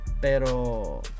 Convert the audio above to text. Pero